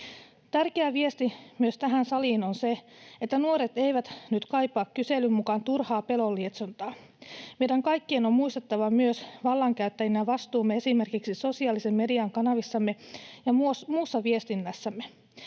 Tärkeä viesti myös tähän saliin on se, että nuoret eivät nyt kaipaa kyselyn mukaan turhaa pelon lietsontaa. Meidän kaikkien on muistettava vallankäyttäjinä vastuumme myös esimerkiksi sosiaalisen median kanavissamme ja muussa viestinnässämme.